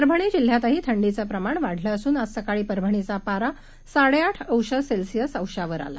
परभणी जिल्ह्यात थंडीचं प्रमाण वाढलं असून आज सकाळी परभणीचा पारा साडेआठ अंश सेल्सिअस अंशावर आला